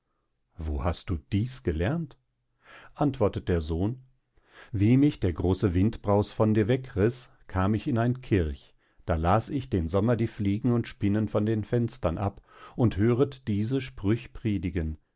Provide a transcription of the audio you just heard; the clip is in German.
wo hast du dies gelernt antwortet der sohn wie mich der große windbraus von dir wegriß kam ich in ein kirch da las ich den sommer die fliegen und spinnen von den fenstern ab und höret diese sprüch predigen